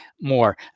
more